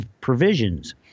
provisions